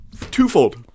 twofold